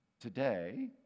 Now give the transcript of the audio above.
today